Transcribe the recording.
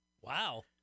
Wow